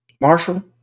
Marshall